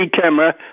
camera